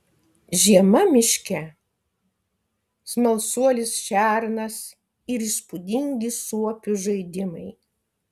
žiema miške smalsuolis šernas ir įspūdingi suopių žaidimai